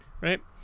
right